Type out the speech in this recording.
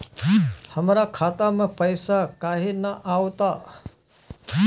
हमरा खाता में पइसा काहे ना आव ता?